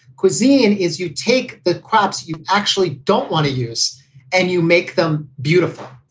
cuisine is you take the crops. you actually don't want to use and you make them beautiful.